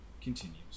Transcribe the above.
Continues